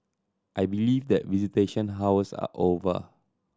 I believe that visitation hours are over